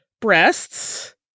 breasts